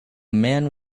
man